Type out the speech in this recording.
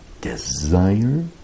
desire